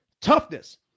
toughness